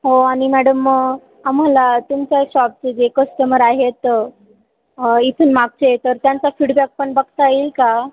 हो आणि मॅडम आम्हाला तुमच्या शॉपचे जे कस्टमर आहेत इथून मागचे तर त्यांचा फीडबॅक पण बघता येईल का